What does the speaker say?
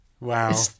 wow